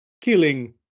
killing